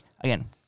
Again